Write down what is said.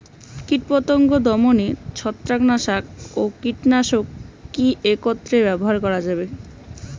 কীটপতঙ্গ দমনে ছত্রাকনাশক ও কীটনাশক কী একত্রে ব্যবহার করা যাবে?